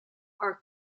our